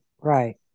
right